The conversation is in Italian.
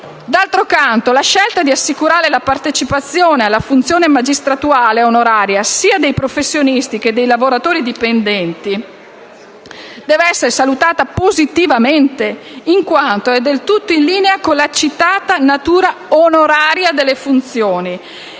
D'altro canto, la scelta di assicurare la partecipazione alla funzione magistratuale onoraria sia dei professionisti sia dei lavoratori dipendenti deve essere salutata positivamente in quanto del tutto in linea con la citata natura onoraria delle funzioni